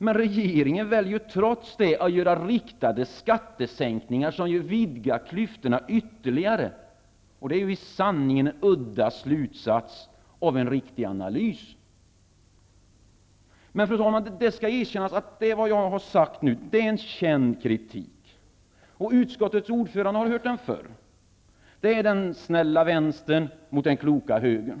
Men regeringen väljer trots detta att göra riktade skattesänkningar som vidgar klyftorna ytterligare. Detta är i sanning en udda slutsats av en riktig analys. Fru talman! Det skall erkännas att vad jag nu sagt är en känd kritik. Utskottets ordförande har hört den förr. Det är den snälla vänstern mot den kloka högern.